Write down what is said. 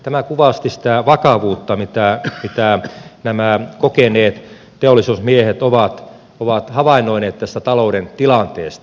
tämä kuvasti sitä vakavuutta mitä nämä kokeneet teollisuusmiehet ovat havainnoineet tästä talouden tilanteesta